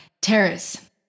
Terrace